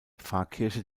pfarrkirche